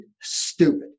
stupid